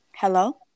hello